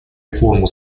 реформу